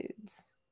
Foods